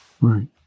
Right